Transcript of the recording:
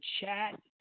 chat